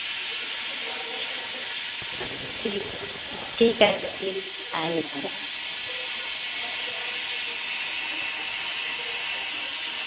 ठीक ठीक है तो फिर आएँगे